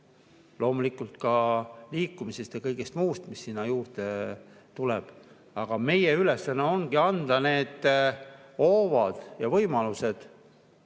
loomulikult ka liikumisest ja kõigest muust, mis juurde tuleb. Meie ülesanne ongi anda need hoovad ja võimalused,